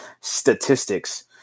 statistics